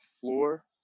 Floor